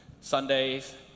Sundays